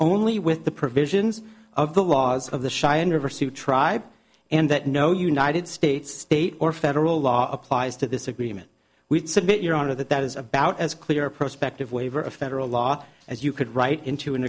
only with the provisions of the laws of the cheyenne river suit tribe and that no united states state or federal law applies to this agreement we submit your honor that that is about as clear a prospective waiver of federal law as you could write into an